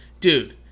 dude